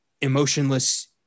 emotionless